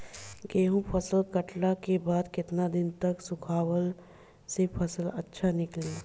गेंहू फसल कटला के बाद केतना दिन तक सुखावला से फसल अच्छा निकली?